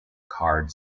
card